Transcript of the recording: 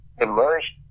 emerge